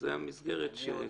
זו המסגרת שקיימת.